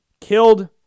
killed